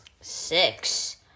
Six